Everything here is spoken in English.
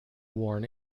worn